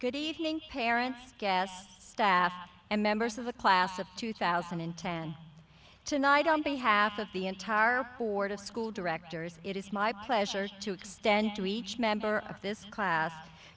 good evening parents guests taf and members of the class of two thousand and ten tonight on behalf of the entire board of school directors it is my pleasure to extend to each member of this class